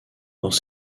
dans